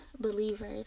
believers